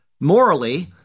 Morally